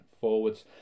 forwards